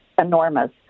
enormous